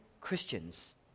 Christians